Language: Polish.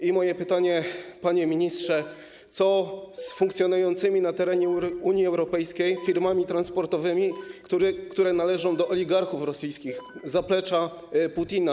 I moje pytanie, panie ministrze: Co z funkcjonującymi na terenie Unii Europejskiej firmami transportowymi, które należą do oligarchów rosyjskich, zaplecza Putina?